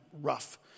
rough